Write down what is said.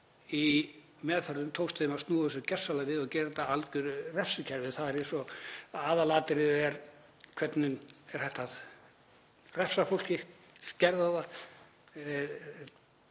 í meðförum tókst þeim að snúa þessu gjörsamlega við og gera það að algjöru refsikerfi. Það er eins og aðalatriðið sé hvernig hægt er að refsa fólki, skerða og